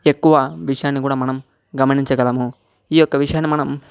ఎక్కువ విషయాన్ని కూడా మనం గమనించగలము ఈ యొక్క విషయాన్ని మనం